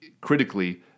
critically